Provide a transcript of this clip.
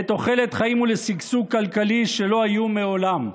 לתוחלת חיים ולשגשוג כלכלי שלא היו מעולם.